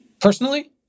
personally